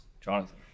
Jonathan